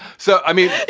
so, i mean,